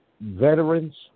veterans